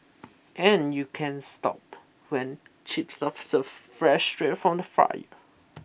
and you can't stop when chips are for served fresh straight from the fryer